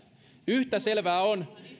yhtä selvää on